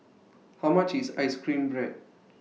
How much IS Ice Cream Bread